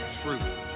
truth